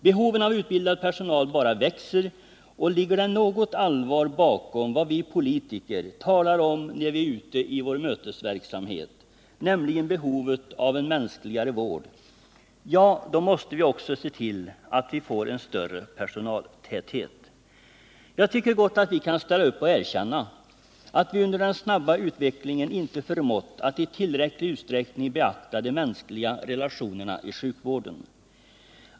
Behovet av utbildad personal bara växer, och ligger det något allvar bakom vad vi politiker talar om när vi är ute i vår mötesverksamhet, nämligen behovet av en mänskligare vård, då måste vi också se till att vi får en större personaltäthet. Jag tycker gott att vi kan ställa upp och erkänna att vi genom den snabba utvecklingen inte förmått att i tillräcklig utsträckning beakta de mänskliga relationerna i sjukvården.